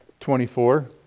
24